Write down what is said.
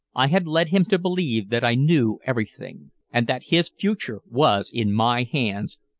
i had led him to believe that i knew everything, and that his future was in my hands,